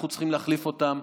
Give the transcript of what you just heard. אנחנו צריכים להחליף אותם.